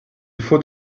faut